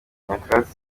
nyakatsi